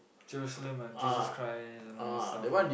Jerusalem Jesus Christ and all those stuff lah